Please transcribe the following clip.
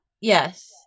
yes